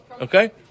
Okay